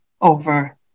over